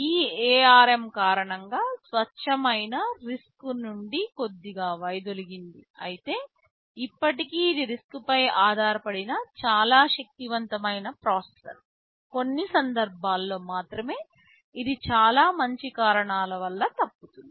ఈ ARM కారణంగా స్వచ్ఛమైన RISC నుండి కొద్దిగా వైదొలిగింది అయితే ఇప్పటికీ ఇది RISC పై ఆధారపడిన చాలా శక్తివంతమైన ప్రాసెసర్ కొన్ని సందర్భాల్లో మాత్రమే ఇది చాలా మంచి కారణాల వల్ల తప్పుతుంది